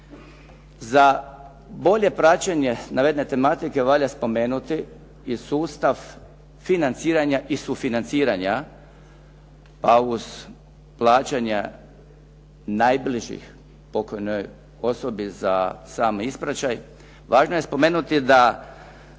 Za bolje praćenje navedene tematike valja spomenuti i sustav financiranja i sufinanciranja a uz plaćanje najbližih pokojnoj osobi za sam ispraćaj važno je spomenuti da